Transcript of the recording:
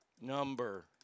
number